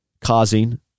causing